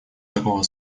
такого